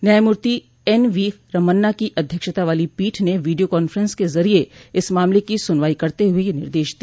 न्यायमूर्ति N V Ramanna की अध्यक्षता वाली पीठ ने वीडियो कांफ्रेंस के जरिए इस मामले की सुनवाई करते हुए यह निर्देश दिया